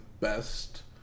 best